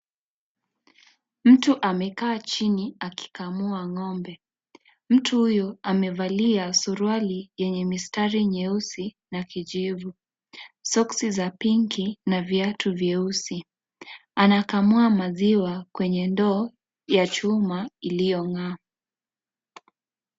Mtu amekaa chini akikamua ngombe, mtu huyu amevalia suruali yenye mistari nyeusi na kijivu ,soksi za pinki na viatu vyeusi . Anakamua maziwa kwenye ndoo ya chuma iliyongaa.